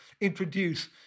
introduce